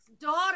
daughter